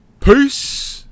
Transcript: Peace